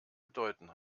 bedeuten